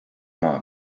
maa